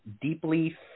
deeply